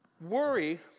Worry